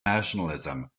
nationalism